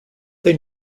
they